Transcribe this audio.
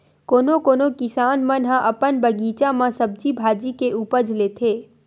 कोनो कोनो किसान मन ह अपन बगीचा म सब्जी भाजी के उपज लेथे